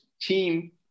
team